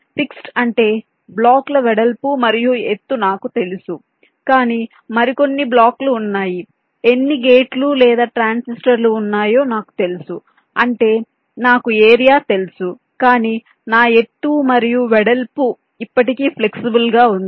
fixed అంటే బ్లాకుల వెడల్పు మరియు ఎత్తు నాకు తెలుసు కాని మరికొన్ని బ్లాక్లు ఉన్నాయి ఎన్ని గేట్లు లేదా ట్రాన్సిస్టర్లు ఉన్నాయో నాకు తెలుసు అంటే నాకు ఏరియా తెలుసు కానీ నా ఎత్తు మరియు వెడల్పు ఇప్పటికీ ఫ్లెక్సిబుల్ గా ఉంది